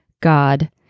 God